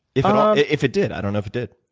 if if it did, i don't know if it did.